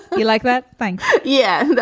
yeah like that? thanks. so yeah yeah